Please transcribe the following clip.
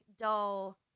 dull